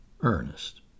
Ernest